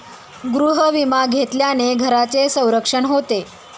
गृहविमा घेतल्याने घराचे संरक्षण होते